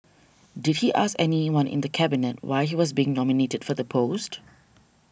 did he ask anyone in Cabinet why he was being nominated for the post